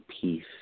peace